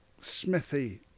Smithy